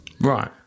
Right